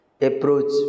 approach